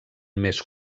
més